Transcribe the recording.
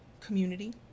community